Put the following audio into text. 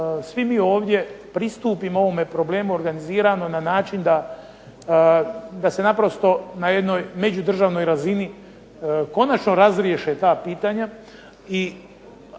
svi mi ovdje pristupimo ovome problemu, organizirano na način da, da se naprosto na jednoj međudržavnoj razini konačno razriješe ta pitanja